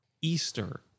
Easter